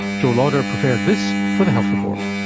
jo lauder prepared this for the health report.